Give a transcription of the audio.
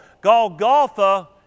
Golgotha